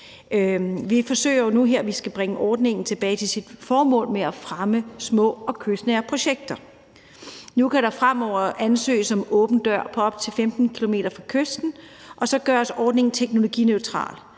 vi skal bringe ordningen tilbage til dens formål med at fremme små og kystnære projekter. Nu kan der fremover ansøges om åben dør-projekter på op til 15 km fra kysten, og så gøres ordningen teknologineutral.